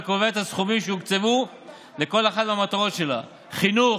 וקובע את הסכומים שהוקצבו לכל אחת מהמטרות שלה: חינוך,